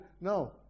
No